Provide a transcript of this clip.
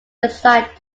designed